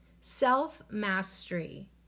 Self-mastery